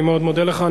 אני מאוד מודה לך.